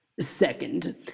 Second